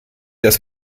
dass